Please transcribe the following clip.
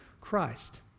Christ